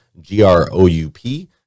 G-R-O-U-P